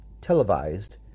televised